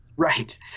right